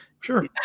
Sure